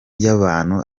y’abantu